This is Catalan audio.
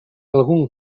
algun